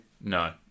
No